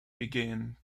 began